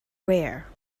rare